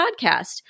podcast